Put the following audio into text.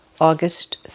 August